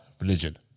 religion